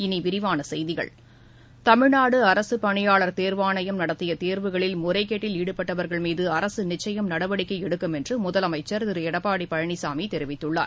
இனி விரிவான செய்கிகள் தமிழ்நாடு அரசு பணியாளர் தேர்வாணையம் நடத்திய தேர்வுகளில் முறைகேட்டில் ஈடுபட்டவர்கள் மீது அரசு நிச்சயம் நடவடிக்கை எடுக்கும் என்று முதலமைச்சர் திரு எடப்பாடி பழனிசாமி தெரிவித்துள்ளார்